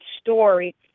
story